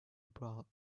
brawl